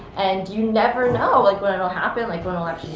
and you never know like when it'll happen, like when it'll ah